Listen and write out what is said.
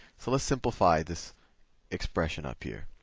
so let's simplify this expression up here.